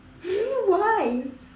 why